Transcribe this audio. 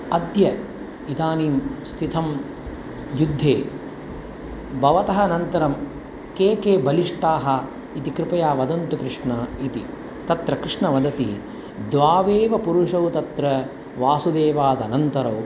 अद्य इदानीं स्थितं युद्धे भवतः अनन्तरं के के बलिष्ठाः इति कृपया वदन्तु कृष्ण इति तत्र कृष्णः वदति द्वावेव पुरुषौ तत्र वासुदेवादनन्तरौ